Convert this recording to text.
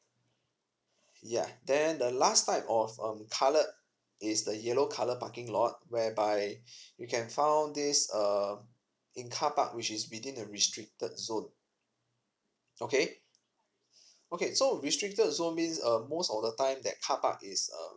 ya then the last type of um colour is the yellow colour parking lot whereby you can found this um in carpark which is between the restricted zone okay okay so restricted zone means um most of the time that carpark is um